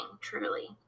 truly